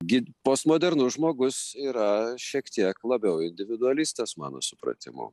gi postmodernus žmogus yra šiek tiek labiau individualistas mano supratimu